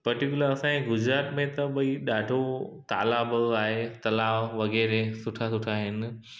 particular असांजे गुजरात में त भई ॾाढो तालाब आहे तलाव वग़ैरह सुठा सुठा आहिनि